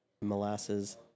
molasses